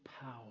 power